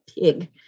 pig